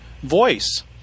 voice